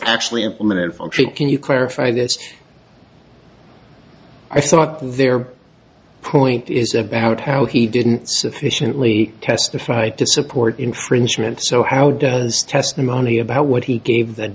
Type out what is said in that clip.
actually implemented function can you clarify this i thought their point is about how he didn't sufficiently testify to support infringement so how does testimony about what he gave th